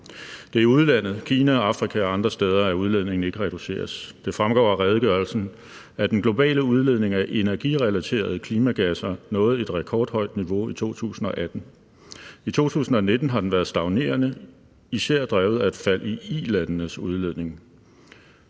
Det er i udlandet, Kina og Afrika og andre steder, at udledningen ikke reduceres. Det fremgår af redegørelsen, at den globale udledning af energirelaterede klimagasser nåede et rekordhøjt niveau i 2018. I 2019 har den været stagnerende, især drevet af et fald i ilandenes udledning.